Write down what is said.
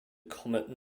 comet